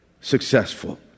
successful